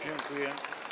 Dziękuję.